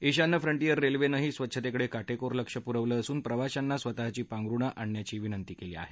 ईशान्य फ्रंटियर रेल्वेनंही स्वच्छतेकडे काटेकोर लक्ष पूरवलं असून प्रवाश्यांना स्वतःची पांघरुणं आणण्याची विनंती केली आहे